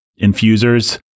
infusers